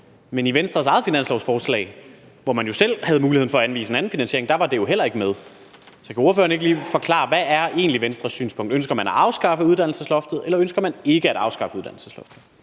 Men i Venstres eget finanslovsforslag, hvor man jo selv havde muligheden for at anvise en anden finansiering, var det jo heller ikke med. Så kan ordføreren ikke lige forklare, hvad Venstres synspunkt egentlig er? Ønsker man at afskaffe uddannelsesloftet, eller ønsker man ikke at afskaffe uddannelsesloftet?